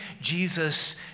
Jesus